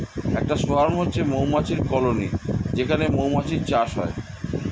একটা সোয়ার্ম হচ্ছে মৌমাছির কলোনি যেখানে মৌমাছির চাষ হয়